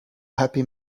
happy